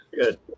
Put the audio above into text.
Good